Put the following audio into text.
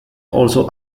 also